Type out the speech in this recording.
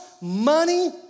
money